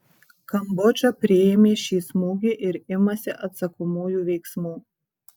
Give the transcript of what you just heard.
kambodža priėmė šį smūgį ir imasi atsakomųjų veiksmų